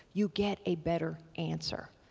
you get a better answer.